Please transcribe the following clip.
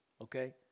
Okay